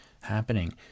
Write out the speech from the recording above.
happening